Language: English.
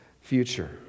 future